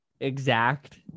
exact